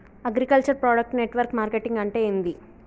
Agriculture product network marketing అంటే ఏంది?